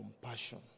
compassion